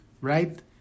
right